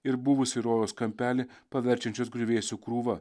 ir buvusį rojaus kampelį paverčiančios griuvėsių krūva